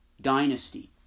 dynasty